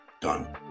done